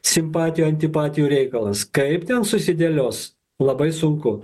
simpatijų antipatijų reikalas kaip ten susidėlios labai sunku